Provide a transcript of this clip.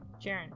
Jaren